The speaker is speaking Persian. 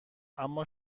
اما